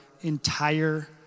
entire